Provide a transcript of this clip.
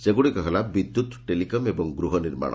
ସେଗୁଡ଼ିକ ହେଲା ବିଦ୍ୟୁତ୍ ଟେଲିକମ୍ ଏବଂ ଗୃହ ନିର୍ମାଣ